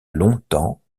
longtemps